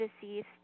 deceased